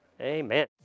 Amen